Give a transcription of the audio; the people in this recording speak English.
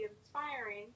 inspiring